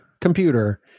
computer